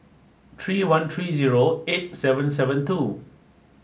three one three zero eight seven seven two